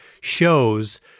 shows